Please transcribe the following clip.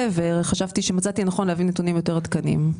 וחשבתי שנכון יהיה להביא נתונים יותר עדכניים.